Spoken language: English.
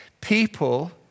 people